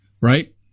right